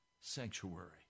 sanctuary